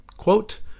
Quote